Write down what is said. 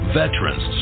veterans